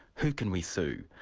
who can we sue?